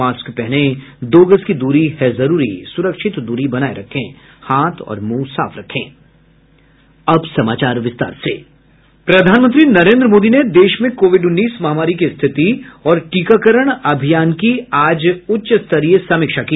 mask पहनें दो गज दूरी है जरूरी सुरक्षित दूरी बनाये रखें हाथ और मुंह साफ रखें अब समाचार विस्तार से प्रधानमंत्री नरेन्द्र मोदी ने देश में कोविड उन्नीस महामारी की स्थिति और टीकाकरण अभियान की आज उच्च स्तरीय समीक्षा की